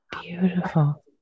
Beautiful